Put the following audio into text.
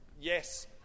Yes